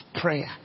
prayer